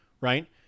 right